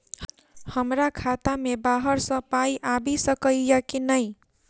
हमरा खाता मे बाहर सऽ पाई आबि सकइय की नहि?